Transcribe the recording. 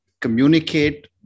communicate